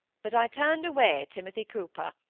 but i turned away timothy cooper.